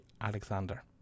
Alexander